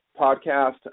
podcast